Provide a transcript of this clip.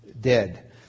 dead